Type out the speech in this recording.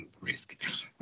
risk